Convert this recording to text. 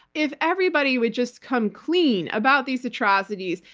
if everybody would just come clean about these atrocities,